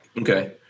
Okay